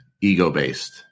ego-based